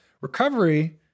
recovery